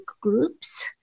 groups